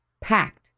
Packed